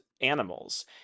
animals